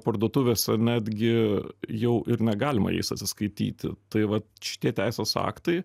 parduotuvės netgi jau ir negalima jais atsiskaityti tai vat šitie teisės aktai